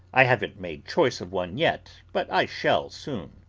i haven't made choice of one yet, but i shall soon.